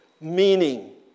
Meaning